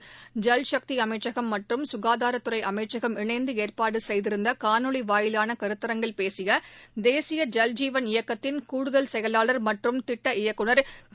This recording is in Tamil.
ஐல் சக்தி அமைச்சகம் மற்றும் சுகாதாரத்துறை அமைச்சகம் இணைந்து ஏற்பாடு செய்திருந்த காணொலி வாயிலான கருத்தாங்கில் பேசிய தேசிய ஜல் ஜீவன் இயக்கத்தின் கூடுதல் செயலாளர் மற்றும் திட்ட இயக்குநர் திரு